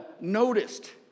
noticed